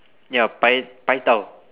ya pai pai tao